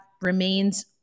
remains